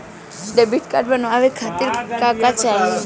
Debit card बनवावे खातिर का का चाही?